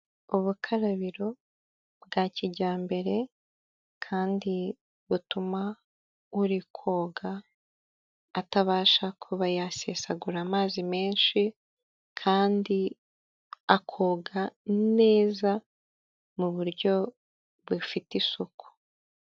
Ubukarabiro bwa kijyambere kandi butuma uri koga atabasha kuba yasesagura amazi menshi kandi akoga neza mu buryo bufite isuku.